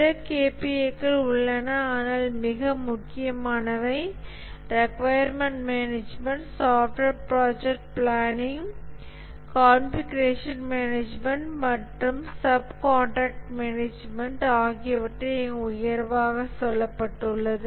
பிற KPA கள் உள்ளன ஆனால் மிக முக்கியமானவை requirement management software project planning configuration management மற்றும் சப் காண்ட்ராக்ட் மேனேஜ்மென்ட் ஆகியவற்றை இங்கு உயர்வாக சொல்லப்பட்டுள்ளது